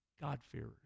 God-fearers